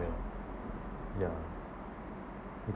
ya